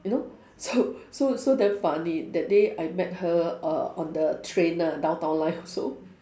you know so so so damn funny that day I met her uh on the train ah downtown line also